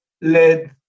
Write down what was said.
led